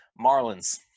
Marlins